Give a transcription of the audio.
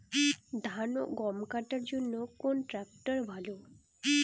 ধান ও গম কাটার জন্য কোন ট্র্যাক্টর ভালো?